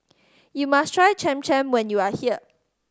you must try Cham Cham when you are here